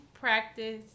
practice